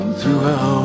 throughout